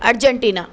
Argentina